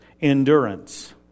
endurance